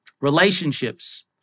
Relationships